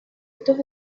estos